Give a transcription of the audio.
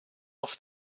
off